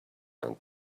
and